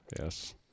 Yes